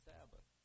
Sabbath